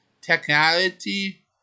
Technology